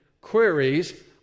queries